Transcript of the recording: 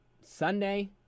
Sunday